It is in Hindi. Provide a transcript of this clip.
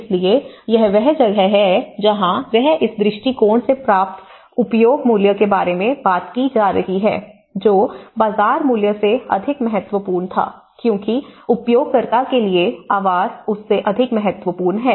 इसलिए यह वह जगह है जहां वह इस दृष्टिकोण से प्राप्त उपयोग मूल्य के बारे में बात की जा रही है जो बाजार मूल्य से अधिक महत्वपूर्ण था क्योंकि उपयोगकर्ता के लिए आवास उससे अधिक महत्वपूर्ण है